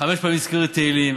חמש פעמים הזכיר את תהילים,